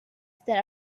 that